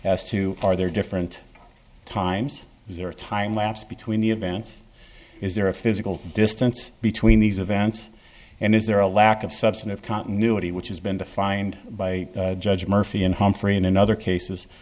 as to are there different times is there a time lapse between the events is there a physical distance between these events and is there a lack of substantive continuity which has been defined by judge murphy and humphrey and in other cases